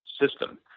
system